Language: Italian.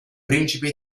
principi